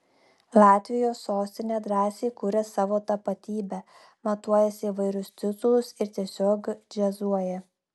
latvijos sostinė drąsiai kuria savo tapatybę matuojasi įvairius titulus ir tiesiog džiazuoja